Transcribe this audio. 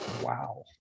Wow